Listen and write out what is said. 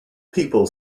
people